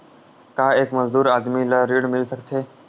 का एक मजदूर आदमी ल ऋण मिल सकथे?